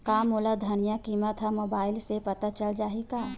का मोला धनिया किमत ह मुबाइल से पता चल जाही का?